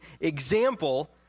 example